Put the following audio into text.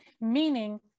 meaning